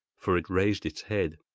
for it raised its head.